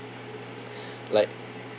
like